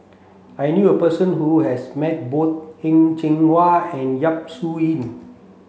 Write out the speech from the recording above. I knew a person who has met both Heng Cheng Hwa and Yap Su Yin